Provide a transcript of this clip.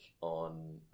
on